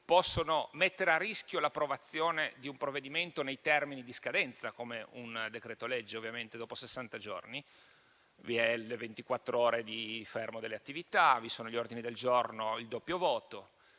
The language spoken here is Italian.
possono mettere a rischio l'approvazione di un provvedimento nei termini di scadenza, come un decreto-legge dopo sessanta giorni. Vi sono ventiquattr'ore di fermo delle attività, vi sono gli ordini del giorno e il doppio voto.